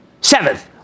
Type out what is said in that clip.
Seventh